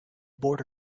border